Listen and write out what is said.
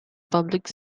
public